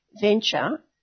venture